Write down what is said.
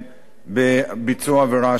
בביצוע עבירה של רצח.